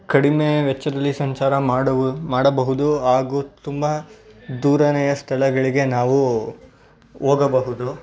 ಕಡಿಮೆ ವೆಚ್ಚದಲ್ಲಿ ಸಂಚಾರ ಮಾಡುವು ಮಾಡಬಹುದು ಹಾಗೂ ತುಂಬ ದೂರನೇಯ ಸ್ಥಳಗಳಿಗೆ ನಾವು ಹೋಗಬಹುದು